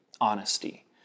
honesty